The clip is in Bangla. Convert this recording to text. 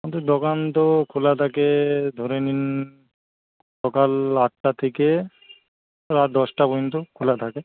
আমাদের দোকান তো খোলা থাকে ধরে নিন সকাল আটটা থেকে রাত দশটা পর্যন্ত খোলা থাকে